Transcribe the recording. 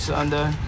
Sunday